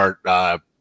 start –